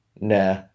nah